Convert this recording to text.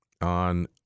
on